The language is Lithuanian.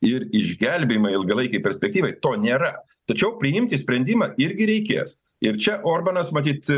ir išgelbėjimą ilgalaikei perspektyvai to nėra tačiau priimti sprendimą irgi reikės ir čia orbanas matyt